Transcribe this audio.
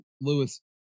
Lewis